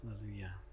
Hallelujah